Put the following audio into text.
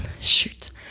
Shoot